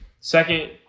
Second